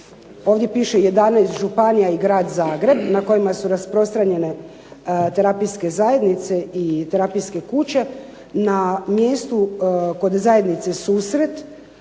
ovdje piše 11 županija i grad Zagreb na kojima su rasprostranjene terapijske zajednice i terapijske kuće, na mjestu kod zajednice susret